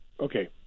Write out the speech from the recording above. Okay